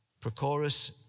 Prochorus